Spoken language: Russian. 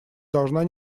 должна